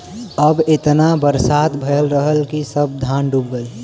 अब एतना बरसात भयल रहल कि सब धान डूब गयल